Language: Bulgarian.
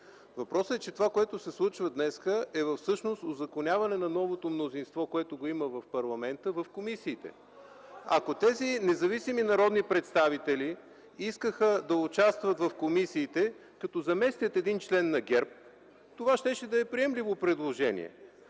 Въпросът обаче е, че това, което се случва днес, всъщност е узаконяване на новото мнозинство, което го има в парламента, в комисиите. (Шум и реплики от ГЕРБ.) Ако тези независими народни представители искаха да участват в комисиите, като заместят един член на ГЕРБ, това щеше да е приемливо предложение.